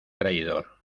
traidor